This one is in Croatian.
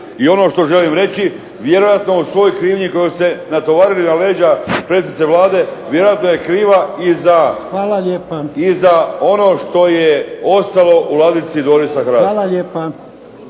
I ono što želim reći, vjerojatno u svojoj krivnji koju ste natovarili na leđa predsjednice Vlade, vjerojatno je kriva i za ono što je ostalo u ladici Dorisa Hrasta.